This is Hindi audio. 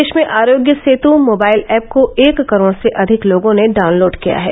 देश में आरोग्य सेतु मोबाइल ऐप को एक करोड़ से अधिक लोगों ने डाउनलोड किया है